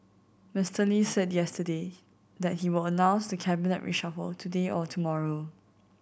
Mister Lee said yesterday that he will announce the cabinet reshuffle today or tomorrow